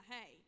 Hey